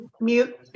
Mute